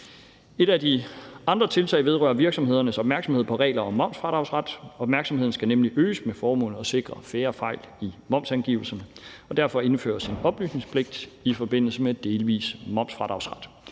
Et af de andre tiltag vedrører virksomhedernes opmærksomhed på regler om momsfradragsret. Opmærksomheden skal nemlig øges med det formål at sikre færre fejl i momsangivelserne, og derfor indføres der en oplysningspligt i forbindelse med delvis momsfradragsret.